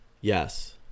Yes